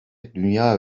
dünya